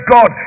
God